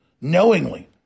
knowingly